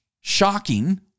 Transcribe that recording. shocking